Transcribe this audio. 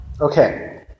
Okay